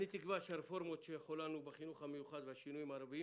אני תקווה שהרפורמות שנכונו לנו בחינוך המיוחד והשינויים הרבים